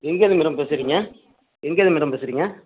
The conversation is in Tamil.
எங்கேருந்து மேடம் பேசுறீங்க எங்கேருந்து மேடம் பேசுறீங்க